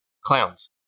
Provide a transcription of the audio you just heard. Clowns